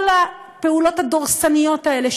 כל הפעולות הדורסניות האלה,